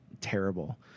terrible